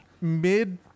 mid